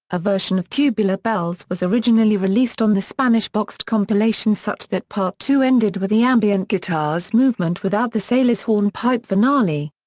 a version of tubular bells was originally released on the spanish boxed compilation such that part two ended with the ambient guitars movement without the sailor's hornpipe finale.